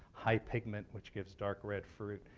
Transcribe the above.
high pigment, which gives dark red fruit.